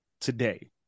today